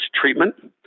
treatment